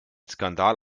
skandal